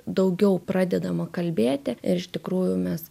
daugiau pradedama kalbėti ir iš tikrųjų mes